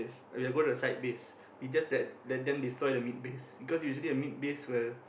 ya go to the side base we just let let them destroy the mid base because usually the mid base will